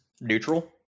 neutral